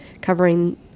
covering